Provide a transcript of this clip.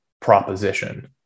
proposition